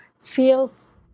feels